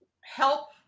help